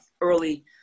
early